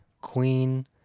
Queen